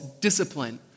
discipline